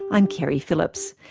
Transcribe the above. i'm keri phillips.